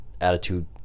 attitude